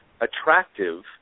attractive